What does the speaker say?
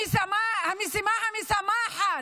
המשימה המשמחת.